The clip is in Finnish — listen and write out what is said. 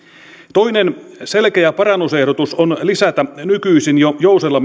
toinen selkeä parannusehdotus on lisätä jo nykyisin jousella